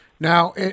Now